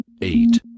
eight